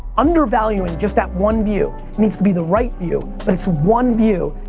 undervaluing just that one view, it needs to be the right view, but it's one view,